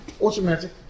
automatic